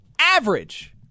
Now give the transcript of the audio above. average